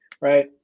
right